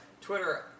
Twitter